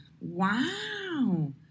Wow